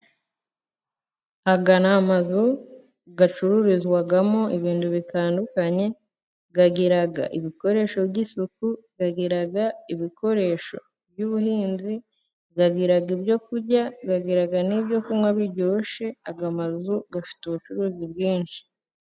Aya ni amazu acururizwamo ibintu bitandukanye. Agira ibikoresho by'isuku, agira ibikoresho by'ubuhinzi, agira ibyo kurya, agira n'ibyokunywa biryoshye. Aya mazu afite ubucuruzi bwinshi.